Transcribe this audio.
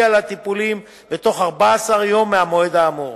על הטיפולים בתוך 14 יום מהמועד האמור.